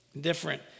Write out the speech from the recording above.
different